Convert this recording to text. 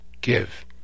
give